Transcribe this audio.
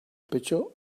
pecho